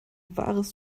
wahres